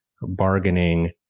bargaining